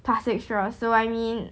plastic straws so I mean